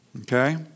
Okay